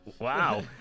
Wow